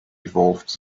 evolved